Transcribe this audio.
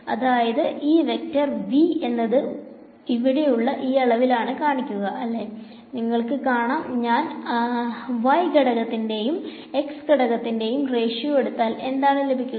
അതായത് ഈ vector V എന്നത് ഇവിടെ ഉള്ള ഈ അളവിലാണ് കാണിക്കുക അല്ലെ നിങ്ങൾക്ക് കാണാം ഞാൻ y ഘടകത്തിന്റെയും x ഘടകത്തിന്റെയും റേഷ്യോ എടുത്താൽ എന്താണ് ലഭിക്കുക